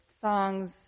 songs